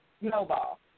snowball